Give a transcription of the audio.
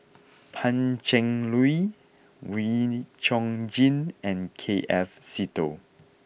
Pan Cheng Lui Wee Chong Jin and K F Seetoh